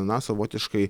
na savotiškai